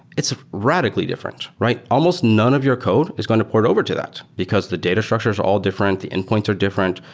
it's radically different, right? almost none of your code is going to port over to that because the data structures are all different. the endpoints are different.